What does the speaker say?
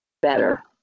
better